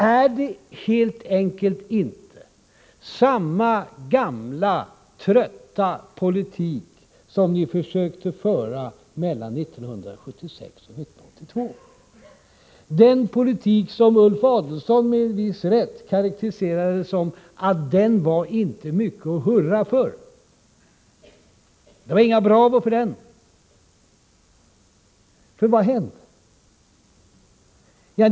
Är det inte helt enkelt samma gamla trötta politik som ni försökte föra mellan 1976 och 1982 — den politik som Ulf Adelsohn med en viss rätt karakteriserat så här: ”Den var inte mycket att hurra för.” Det blev inga ”bravo” för den. Vad var det som hände?